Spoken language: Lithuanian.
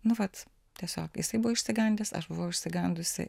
nu vat tiesiog jisai buvo išsigandęs aš buvau išsigandusi